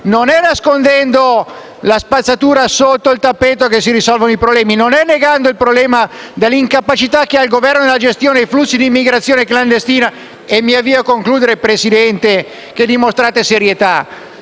non è nascondendo la spazzatura sotto il tappeto che si risolvono i problemi, non è negando il problema dell'incapacità del Governo nella gestione dei flussi di immigrazione clandestina che dimostrate serietà.